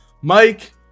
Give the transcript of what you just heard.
Mike